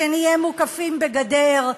שנהיה מוקפים בגדר,